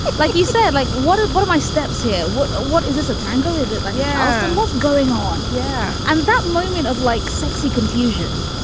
like you said, like what? what are my steps here? what? what is this? a tango? is it? like yeah and what's going on? yeah. and that moment of like sexy confusion.